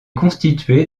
constitué